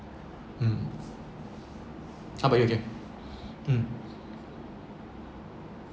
mm how about you mm